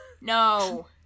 No